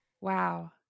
Wow